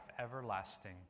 everlasting